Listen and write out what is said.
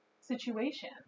situation